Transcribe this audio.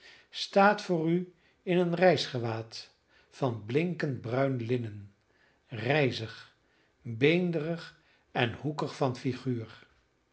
staat voor u in een reisgewaad van blinkend bruin linnen rijzig beenderig en hoekig van figuur